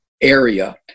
area